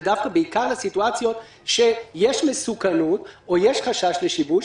דווקא לסיטואציות בהן יש מסוכנות או שיש חשש לשיבוש,